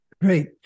Great